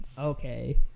Okay